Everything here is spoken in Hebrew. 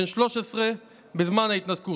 נער בן 13, בזמן ההתנתקות,